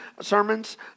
sermons